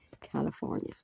California